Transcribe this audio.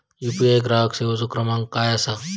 UPI ग्राहक सेवेचो क्रमांक काय असा?